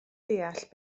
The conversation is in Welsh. deall